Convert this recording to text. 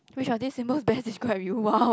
which are this symbol that's quite with !wow!